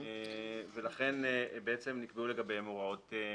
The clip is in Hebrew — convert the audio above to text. ולכן ניתנו לגביהם הוראות מיוחדות.